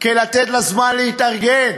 כדי לתת זמן להתארגן,